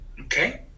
Okay